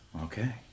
Okay